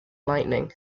lightning